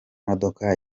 modoka